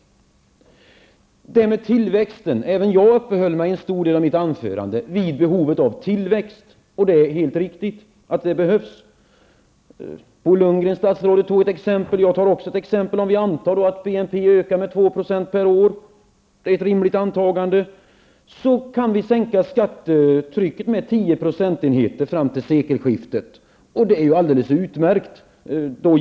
Även jag uppehöll mig länge i mitt anförande över behovet av tillväxt. Det är helt riktigt att det behövs en tillväxt. Statsrådet Bo Lundgren tog ett exempel. Jag har också ett exempel. Om vi antar att BNP ökar med 2 % per år, vilket är ett rimligt antagande, kan vi sänka skattetrycket med 10 procentenheter fram till sekelskiftet. Det är utmärkt.